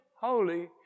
holy